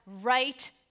right